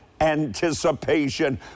anticipation